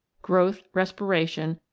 growth, respiration,